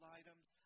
items